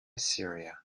syria